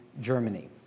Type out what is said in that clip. Germany